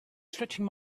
stretching